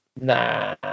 Nah